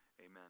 Amen